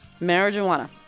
Marijuana